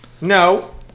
No